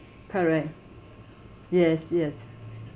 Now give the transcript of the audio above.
correct yes yes